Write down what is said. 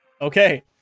Okay